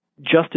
Justice